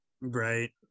Right